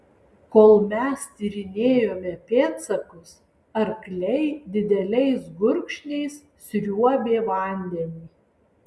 kol mes tyrinėjome pėdsakus arkliai dideliais gurkšniais sriuobė vandenį